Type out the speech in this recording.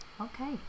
Okay